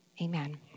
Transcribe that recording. Amen